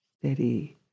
steady